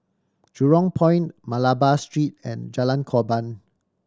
Jurong Point Malabar Street and Jalan Korban